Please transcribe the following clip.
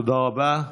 תודה רבה.